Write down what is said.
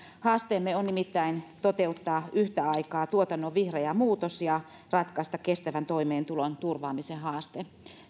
haasteemme on nimittäin yhtä aikaa toteuttaa tuotannon vihreä muutos ja ratkaista kestävän toimeentulon turvaamisen haaste